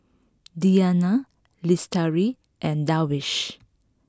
Diyana Lestari and Darwish